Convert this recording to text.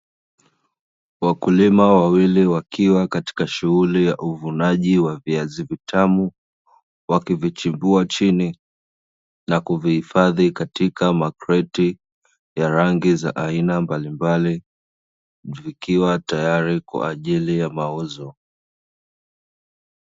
Wakulima wawili wakiwa katika shughuli ya uvunaji wa viazi vitamu, wakivichimbua chini na kuvihifadhi katika makreti ya rangi za aina mbalimbali; vikiwa tayari kwa ajili ya mauzo.